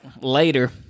later